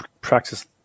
practice